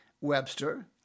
Webster